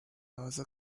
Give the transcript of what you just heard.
لحاظ